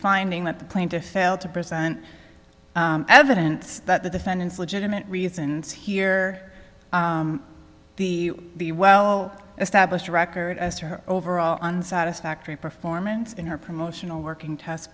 finding that the plaintiff failed to present evidence that the defendant's legitimate reasons here be the well established record as her overall on satisfactory performance in her promotional working test